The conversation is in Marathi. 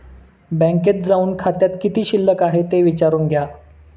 बँकेत जाऊन खात्यात किती शिल्लक आहे ते विचारून घ्या